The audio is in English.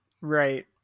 Right